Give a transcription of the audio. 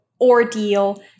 ordeal